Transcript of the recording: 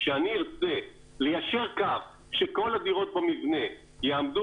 כשאני ארצה ליישר קו שכל הדירות במבנה יעמדו